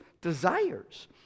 desires